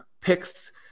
picks